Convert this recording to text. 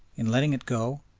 in letting it go,